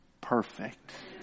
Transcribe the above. perfect